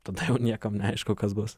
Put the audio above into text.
tada jau niekam neaišku kas bus